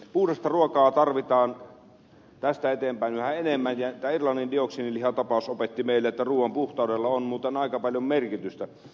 puhdasta ruokaa tarvitaan tästä eteenpäin yhä enemmän ja tämä irlannin dioksiinilihatapaus opetti meille että ruuan puhtaudella on muuten aika paljon merkitystä